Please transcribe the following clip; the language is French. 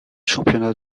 championnats